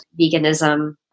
veganism